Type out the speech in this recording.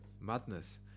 Madness